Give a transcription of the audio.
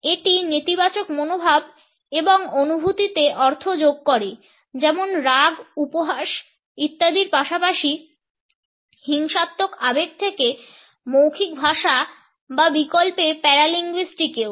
এটি নেতিবাচক মনোভাব এবং অনুভূতিতে অর্থ যোগ করে যেমন রাগ উপহাস ইত্যাদির পাশাপাশি হিংসাত্মক আবেগ থেকে মৌখিক ভাষা বা বিকল্পে প্যারালিঙ্গুইস্টিকেও